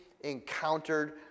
encountered